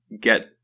get